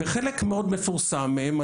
בחלק מאוד מפורסם מהם,